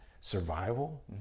survival